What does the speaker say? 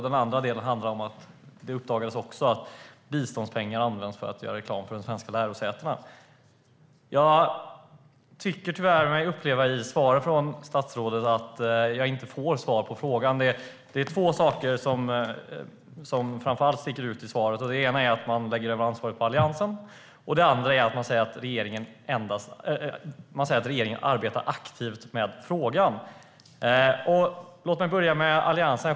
Den andra punkten gäller att det också uppdagades att biståndspengar används för att göra reklam för de svenska lärosätena. Jag tyckte mig tyvärr uppfatta att jag inte fick svar på min fråga i inter-pellationen. Det var två saker som stack ut i statsrådets svar. Den ena gäller att ansvaret läggs över på Alliansen. Den andra är att regeringen arbetar aktivt med frågan. Låt mig börja med frågan om Alliansen.